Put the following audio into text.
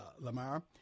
Lamar